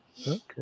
Okay